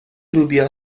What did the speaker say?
لوبیا